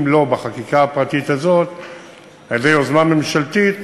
אם לא בחקיקה הפרטית אז על-ידי יוזמה ממשלתית,